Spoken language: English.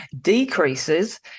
decreases